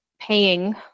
paying